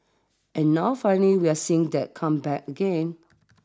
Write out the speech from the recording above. and now finally we're seeing that come back again